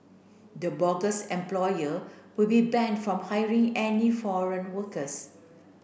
the bogus employer will be banned from hiring any foreign workers